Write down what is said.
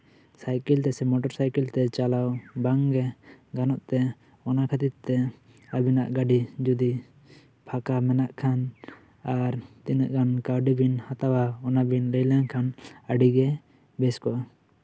cycle ᱛᱮᱥᱮ motor ᱥᱟᱭᱠᱮᱞᱛᱮ ᱪᱟᱞᱟᱣ ᱵᱟᱝᱜᱮ ᱜᱟᱱᱚᱜ ᱛᱮ ᱚᱱᱟ ᱠᱷᱟ ᱛᱤᱨ ᱛᱮ ᱟᱵᱤᱱᱟᱜ ᱜᱟ ᱰᱤ ᱡᱚᱫᱤ ᱯᱷᱟᱠᱟ ᱢᱮᱱᱟᱜ ᱠᱷᱟᱱ ᱟᱨ ᱟᱨ ᱛᱤᱱᱟᱹᱜ ᱜᱟᱱ ᱠᱟᱹᱣᱰᱤ ᱵᱤᱱ ᱦᱟᱛᱟᱣᱟ ᱚᱱᱟ ᱵᱤᱱ ᱞᱟᱹᱭ ᱞᱮᱠᱷᱟᱱ ᱟᱹᱰᱤᱜᱮ ᱵᱮᱥ ᱠᱚᱜᱼᱟ